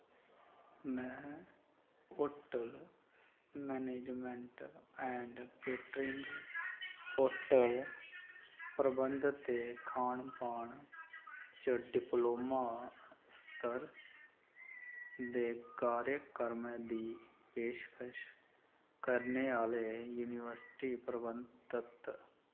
में hotel management and catering hotel प्रबंध ते खान पान च डिप्लोमा स्तर दे कार्यक्रमें दी पेशकश करने आह्ले यूनिवर्सिटी प्रबंधत